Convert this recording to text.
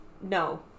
no